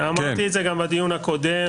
אמרתי את זה גם בדיון הקודם,